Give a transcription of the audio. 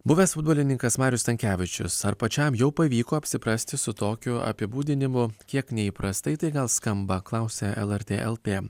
buvęs futbolininkas marius stankevičius ar pačiam jau pavyko apsiprasti su tokiu apibūdinimu kiek neįprastai gal skamba klausia lrt lt